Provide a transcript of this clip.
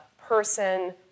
person